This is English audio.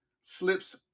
slips